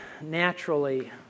naturally